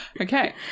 Okay